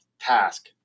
task